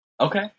Okay